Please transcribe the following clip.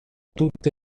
tutte